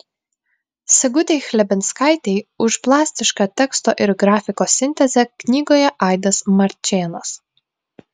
sigutei chlebinskaitei už plastišką teksto ir grafikos sintezę knygoje aidas marčėnas